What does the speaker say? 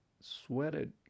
sweated